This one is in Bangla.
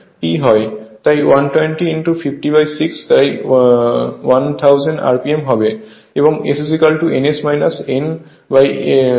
এবং S n S nan S হয়